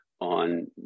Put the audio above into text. on